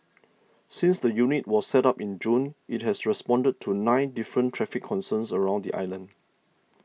since the unit was set up in June it has responded to nine different traffic concerns around the island